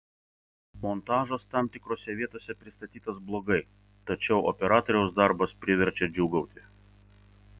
montažas tam tikrose vietose pristatytas blogai tačiau operatoriaus darbas priverčia džiūgauti